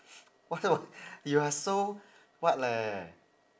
what you are so what leh